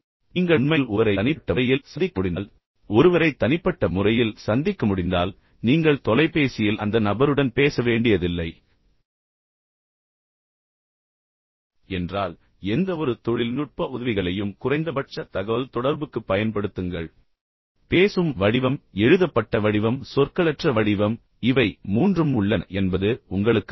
நீங்கள் உண்மையில் ஒருவரை தனிப்பட்ட முறையில் சந்திக்க முடிந்தால் பின்னர் நீங்கள் தொலைபேசியில் அந்த நபருடன் பேச வேண்டியதில்லை என்றால் எந்தவொரு தொழில்நுட்ப உதவிகளையும் குறைந்தபட்ச தகவல்தொடர்புக்கு பயன்படுத்துங்கள் எனவே பேசும் வடிவம் எழுதப்பட்ட வடிவம் சொற்களற்ற வடிவம் இவை மூன்றும் உள்ளன என்பது உங்களுக்குத் தெரியும்